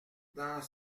dans